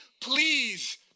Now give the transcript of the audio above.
Please